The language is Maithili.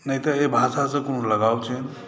नहि तऽ एहि भाषासँ कोनो लगाव छनि